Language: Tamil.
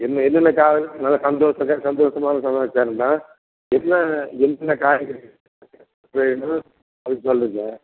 என்ன என்னென்ன காய் நல்ல சந்தோஷங்க சந்தோஷமான சமாச்சாரம் தான் என்ன என்னென்ன காய்கறி அது என்னது அது சொல்லுங்கள்